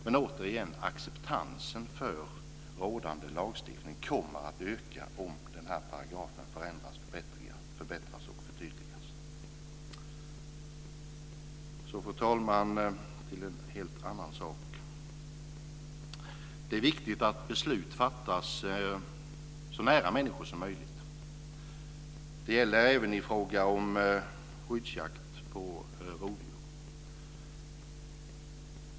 Men återigen: Acceptansen för rådande lagstiftning kommer att öka om den här paragrafen förändras, förbättras och förtydligas. Så, fru talman, över till en helt annan sak. Det är viktigt att beslut fattas så nära människor som möjligt. Det gäller även i fråga om skyddsjakt på rovdjur.